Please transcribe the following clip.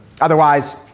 Otherwise